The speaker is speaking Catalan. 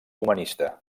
humanista